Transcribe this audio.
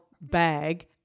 bag